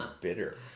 bitter